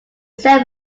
said